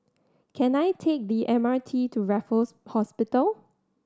can I take the M R T to Raffles Hospital